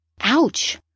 Ouch